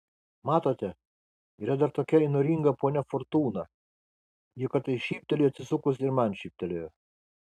matote yra dar tokia įnoringa ponia fortūna ji kartais šypteli atsisukus ir man šyptelėjo